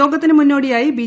യോഗത്തിന് മുന്നോടിയായി ബി